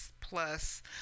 plus